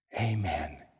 Amen